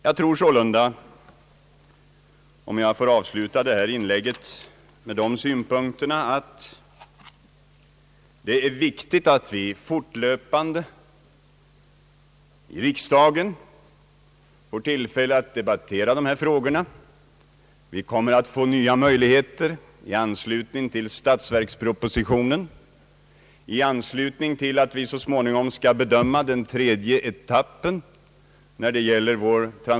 Jag tror sålunda — jag vill avsluta detta inlägg med de synpunkterna — att det är viktigt att riksdagen fortlöpande får tillfälle att debattera dessa frågor. Vi kommer att få nya möjligheter i anslutning till statsverkspropositionen och i anslutning till att vi så småningom skall bedöma den tredje etappen.